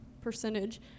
percentage